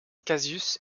cassius